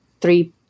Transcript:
three